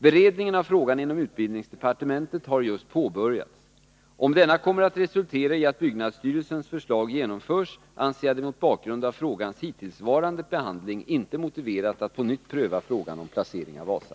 Beredningen av frågan inom utbildningsdepartementet har just påbörjats. Om denna kommer att resultera i att byggnadsstyrelsens förslag genomförs, anser jag det mot bakgrund av frågans hittillsvarande behandling inte motiverat att på nytt pröva frågan om placeringen av Wasa.